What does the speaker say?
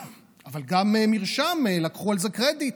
אבל גם "מרשם" לקחו על זה קרדיט,